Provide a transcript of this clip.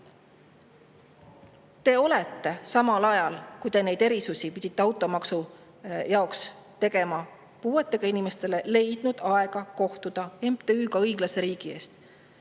olete samal ajal, kui te neid erisusi pidite automaksu jaoks tegema puuetega inimestele, leidnud aega kohtuda MTÜ‑ga Õiglase Riigi